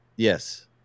Yes